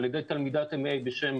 על ידי תלמידת M.A. בשם